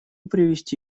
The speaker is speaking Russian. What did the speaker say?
привести